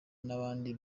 n’abandi